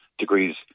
Degrees